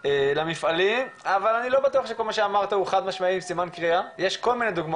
מפעל הוא מעבר להכל מלבד הצרכים או השיקולים המסחריים שלנו,